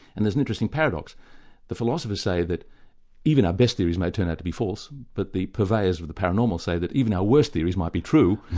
and there's an interesting paradox the philosophers say that even our best theories may turn out to be false, but the purveyors of the paranormal say that even our worst theories might be true,